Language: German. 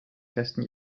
festen